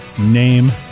name